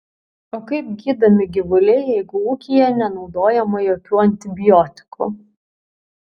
o kaip gydomi gyvuliai jeigu ūkyje nenaudojama jokių antibiotikų